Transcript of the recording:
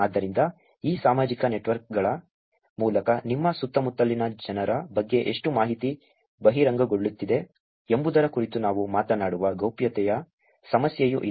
ಆದ್ದರಿಂದ ಈ ಸಾಮಾಜಿಕ ನೆಟ್ವರ್ಕ್ಗಳ ಮೂಲಕ ನಿಮ್ಮ ಸುತ್ತಮುತ್ತಲಿನ ಜನರ ಬಗ್ಗೆ ಎಷ್ಟು ಮಾಹಿತಿ ಬಹಿರಂಗಗೊಳ್ಳುತ್ತಿದೆ ಎಂಬುದರ ಕುರಿತು ನಾವು ಮಾತನಾಡುವ ಗೌಪ್ಯತೆಯ ಸಮಸ್ಯೆಯೂ ಇದೆ